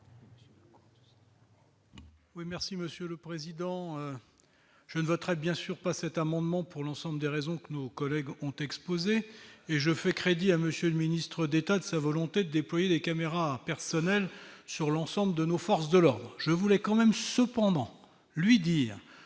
merci Monsieur le Président, je ne voterai bien sûr pas cet amendement pour l'ensemble des raisons que nos collègues ont exposé et je fait crédit à monsieur le ministre d'État, de sa volonté déployer les caméras personnelle sur l'ensemble de nos forces de l'ordre, je voulais quand même cependant, lui dire